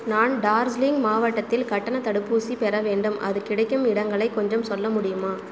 நான் டார்ஜிலிங் மாவட்டத்தில் கட்டணத் தடுப்பூசி பெற வேண்டும் அது கிடைக்கும் இடங்களை கொஞ்சம் சொல்ல முடியுமா